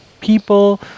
people